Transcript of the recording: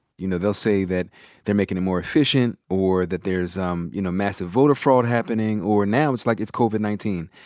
you know, they'll say that they're makin' it more efficient or that there's, um you know, massive voter fraud happening. or now it's, like, it's covid nineteen.